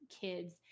kids